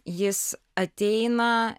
jis ateina